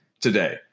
today